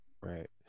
Right